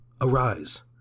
arise